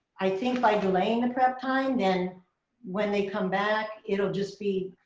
i think by delaying the prep time, then when they come back, it'll just be,